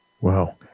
Wow